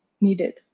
needed